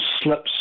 slips